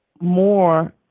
more